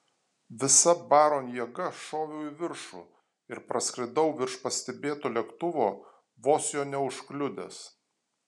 visa baron jėga šoviau į viršų ir praskridau virš pastebėto lėktuvo vos jo neužkliudęs